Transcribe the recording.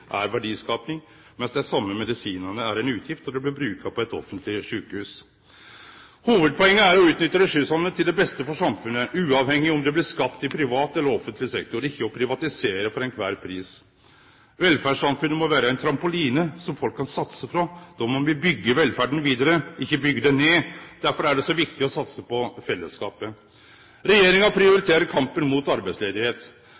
er verdiskaping, mens dei same medisinane er ei utgift når dei blir brukte på eit offentleg sjukehus. Hovudpoenget er å utnytte ressursane til det beste for samfunnet, uavhengig om dei blir skapte i privat eller offentleg sektor – ikkje å privatisere for kvar ein pris. Velferdssamfunnet må vere ein trampoline som folk kan satse ifrå, og då må me byggje velferda vidare, ikkje byggje ho ned. Derfor er det så viktig å satse på fellesskapet. Regjeringa